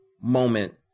moment